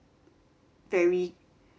very